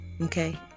Okay